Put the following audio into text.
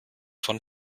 von